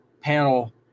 panel